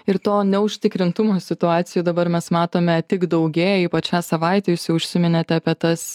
ir to neužtikrintumo situacijų dabar mes matome tik daugėja ypač šią savaitę jūs užsiminėte apie tas